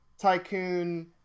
tycoon